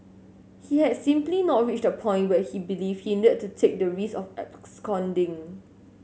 he had simply not reached the point where he believed he needed to take the risk of absconding